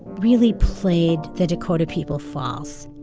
really played the dakota people false.